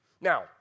Now